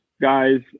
guys